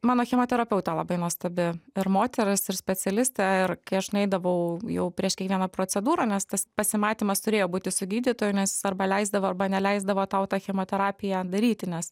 mano chemoterapeutė labai nuostabi ir moteris specialistė ir kai aš nueidavau jau prieš kiekvieną procedūrą nes tas pasimatymas turėjo būti su gydytoju nes arba leisdavo arba neleisdavo tau tą chemoterapiją daryti nes